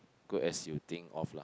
good as you think of lah